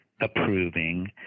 approving